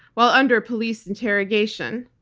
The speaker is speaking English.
while under police interrogation.